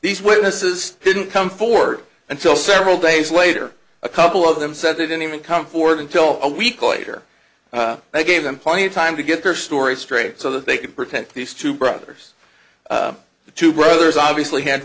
these witnesses didn't come forward until several days later a couple of them said they didn't even come forward until a week later they gave them plenty of time to get their story straight so that they could protect these two brothers the two brothers obviously had